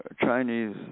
Chinese